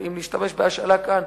אם להשתמש בהשאלה כאן.